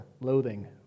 loathing